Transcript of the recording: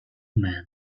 men